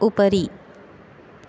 उपरि